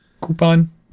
Coupon